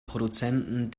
produzenten